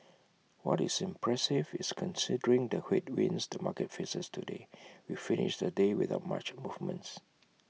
what is impressive is considering the headwinds the market faces today we finished the day without much movements